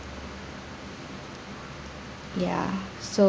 ya so